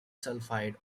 sulfide